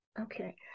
Okay